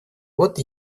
вот